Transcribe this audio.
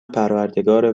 پروردگار